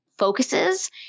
focuses